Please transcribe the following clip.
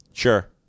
Sure